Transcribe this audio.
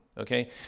Okay